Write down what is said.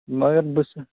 مگر بہٕ سُہ